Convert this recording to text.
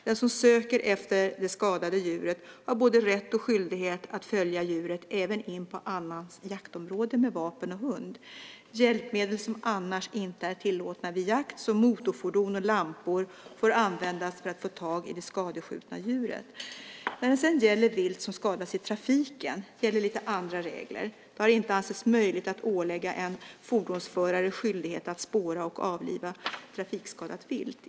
Den som söker efter det skadade djuret har både rätt och skyldighet att följa djuret även in på annans jaktområde med vapen och hund. Hjälpmedel som annars inte är tillåtna vid jakt, som motorfordon och lampor, får användas för att få tag i det skadeskjutna djuret. När det sedan gäller vilt som skadas i trafiken gäller lite andra regler. Det har inte ansetts möjligt att ålägga en fordonsförare skyldighet att spåra och avliva trafikskadat vilt.